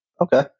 okay